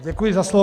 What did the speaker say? Děkuji za slovo.